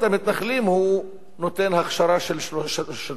הוא נותן הכשרה של שלושה מאחזים.